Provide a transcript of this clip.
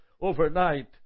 overnight